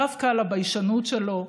דווקא על הביישנות שלו,